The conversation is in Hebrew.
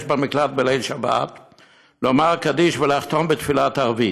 במקלט בליל שבת לומר קדיש ולחתום בתפילת ערבית,